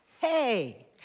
Hey